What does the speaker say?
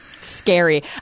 scary